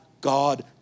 God